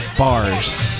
Bars